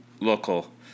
local